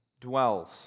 dwells